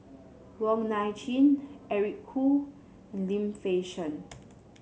Wong Nai Chin Eric Khoo and Lim Fei Shen